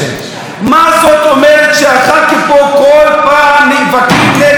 מה זאת אומרת שהח"כים פה כל פעם נאבקים נגד הנשק?